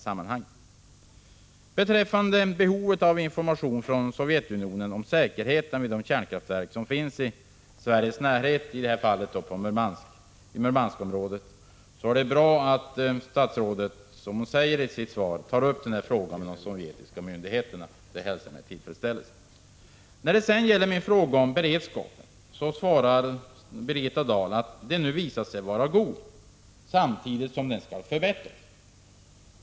Beträffande behovet av information från Sovjetunionen om säkerheten vid de kärnkraftverk som finns i Sveriges närhet — i det här fallet i Murmanskområdet - vill jag säga att det är bra att statsrådet, som framgår av svaret, tar upp denna fråga med de sovjetiska myndigheterna. Detta hälsar jag alltså med tillfredsställelse. När det sedan gäller min fråga om beredskapen svarar Birgitta Dahl att den nu har visat sig vara god. Samtidigt sägs det att den skall förbättras.